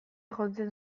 jotzen